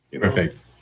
Perfect